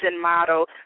model